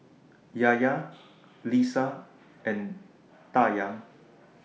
Yahya Lisa and Dayang